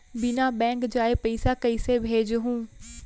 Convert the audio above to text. बिना बैंक जाये पइसा कइसे भेजहूँ?